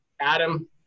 Adam